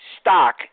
stock